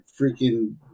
freaking